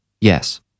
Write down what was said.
Yes